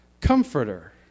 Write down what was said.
comforter